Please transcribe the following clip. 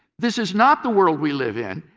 this is not the world we live in.